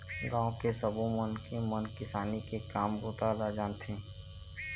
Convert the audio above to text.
गाँव के सब्बो मनखे मन किसानी के काम बूता ल जानथे